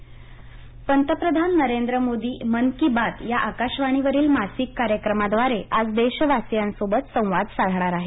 मन की बात पंतप्रधान नरेंद्र मोदी मन की बात या आकाशवाणीवरील मासिक कार्यक्रमाद्वारे आज देशवासीयांसोबत संवाद साधणार आहेत